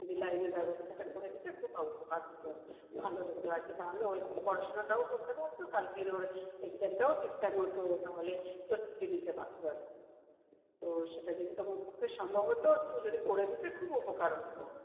যদি লাইনের ব্যবস্থাটা করে দিতে খুব ভা উপকার হতো ভালো হতো আর কি তাহলে ও একটু পড়াশোনাটাও করতে পারতো কালকের ওর এক্সামটাও ঠিকঠাক মতো তাহলে স্বস্তিতে দিতে পারত আর কি তো সেটা যদি তোমার পক্ষে সম্ভব হতো একটু যদি করে দিতে খুব উপকার হতো